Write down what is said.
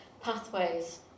pathways